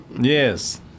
Yes